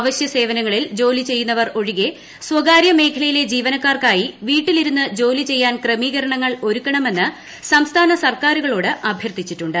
അവശ്യ സേവനങ്ങളിൽ ജോലി ചെയ്യുന്നവർ ഒഴികെ സ്വകാര്യ മേഖലയിലെ ജീവനക്കാർക്കായി വീട്ടിൽ ഇരുന്ന് ജോലി ചെയ്യാൻ ക്രമീകരണങ്ങൾ ഒരുക്കണമെന്ന് സംസ്ഥാന സർക്കാരുകളോട് അഭ്യർത്ഥിച്ചിട്ടുണ്ട്